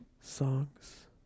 songs